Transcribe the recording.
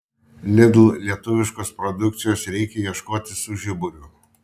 lidl lietuviškos produkcijos reikia ieškoti su žiburiu